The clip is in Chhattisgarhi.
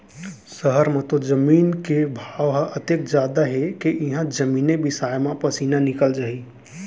सहर म तो जमीन के भाव ह अतेक जादा हे के इहॉं जमीने बिसाय म पसीना निकल जाही